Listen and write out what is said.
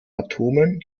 atomen